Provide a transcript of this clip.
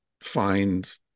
find